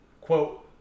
quote